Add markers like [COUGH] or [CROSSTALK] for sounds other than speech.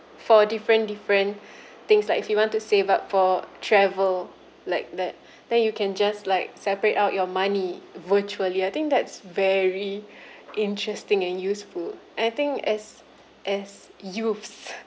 for different different [BREATH] things like if you want to save up for travel like that then you can just like separate out your money virtually I think that's very interesting and useful and I think as as youth